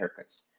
haircuts